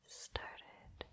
started